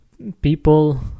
People